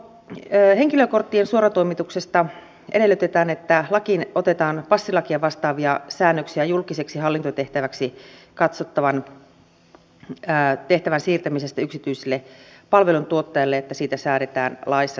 henkilökorttien suoratoimituksesta edellytetään että lakiin otetaan passilakia vastaavia säännöksiä julkiseksi hallintotehtäväksi katsottavan tehtävän siirtämisestä yksityisille palveluntuottajille ja että siitä säädetään laissa täsmällisesti